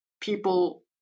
people